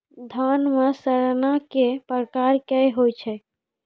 धान म सड़ना कै प्रकार के होय छै?